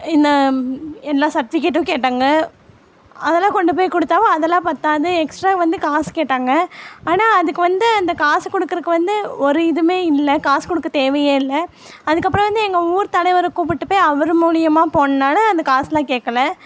இந்த எல்லா சட்விகேட்டும் கேட்டாங்க அதெல்லாம் கொண்டு போய் கொடுத்தாலும் அதெல்லாம் பத்தாது எக்ஸ்ட்ரா வந்து காசு கேட்டாங்க ஆனால் அதுக்கு வந்து அந்த காசை கொடுக்குறக்கு வந்து ஒரு இதுவுமே இல்லை காசு கொடுக்க தேவையே இல்லை அதுக்கப்புறம் வந்து எங்கள் ஊர் தலைவர கூப்பிட்டு போய் அவர் மூலிமா போனனால அந்த காசுலாம் கேட்கல